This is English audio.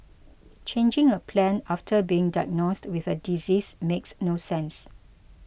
changing a plan after being diagnosed with a disease makes no sense